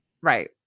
Right